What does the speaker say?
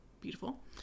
Beautiful